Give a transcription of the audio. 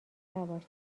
نباش